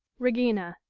regina.